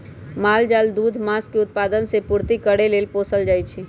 माल जाल दूध, मास के उत्पादन से पूर्ति करे लेल पोसल जाइ छइ